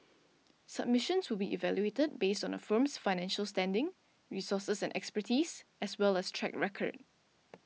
submissions will be evaluated based on a firm's financial standing resources and expertise as well as track record